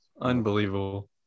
unbelievable